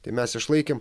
tai mes išlaikėm